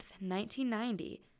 1990